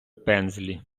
пензлі